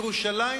ירושלים,